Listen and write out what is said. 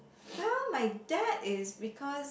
well my dad is because